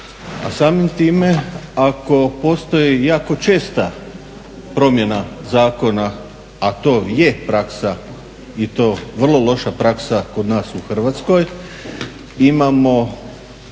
a samim time ako postoji i jako često promjena zakona, a to je praksa i to vrlo loša praksa kod nas u Hrvatskoj. Imamo